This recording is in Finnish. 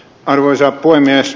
arvoisa puhemies